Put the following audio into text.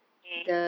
mm